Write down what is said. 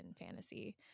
fantasy